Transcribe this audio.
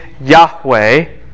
Yahweh